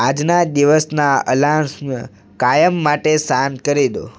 આજના દિવસનાં અલાર્મ્સ કાયમ માટે શાંત કરી દો